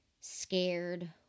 scared